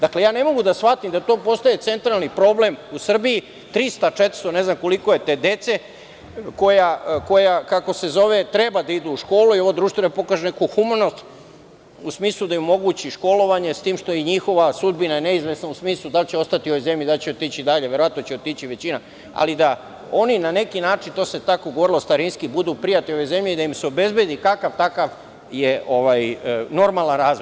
Dakle, ne mogu da shvatim da to postaje centralni problem u Srbiji, 300, 400, ne znam ni koliko je te dece koja treba da idu u školu i ovo društvo da pokaže neku humanost u smislu da im omogući školovanje, s tim što je njihova sudbina neizvesna u smislu da li će ostati u ovoj zemlji, da li će otići dalje, verovatno će otići većina, ali da oni na neki način, to se tako govorilo starinski, budu prijatelji ove zemlje i da im se obezbedi kakav-takav normalan razvoj.